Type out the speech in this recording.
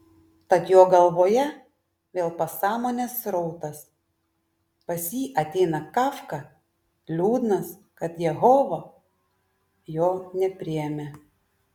tad jo galvoje vėl pasąmonės srautas pas jį ateina kafka liūdnas kad jehova jo nepriėmė